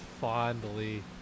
fondly